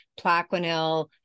Plaquenil